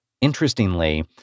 interestingly